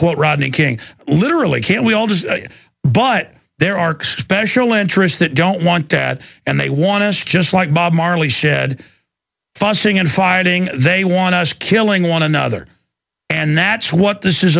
quote rodney king literally can't we all just but there arcs special interests that don't want that and they want us just like bob marley said fussing and fighting they want us killing one another and that's what this is